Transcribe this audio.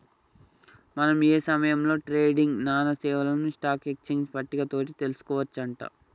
మనం ఏ సమయంలో ట్రేడింగ్ సానా సేవలను స్టాక్ ఎక్స్చేంజ్ పట్టిక తోటి తెలుసుకోవచ్చు అంట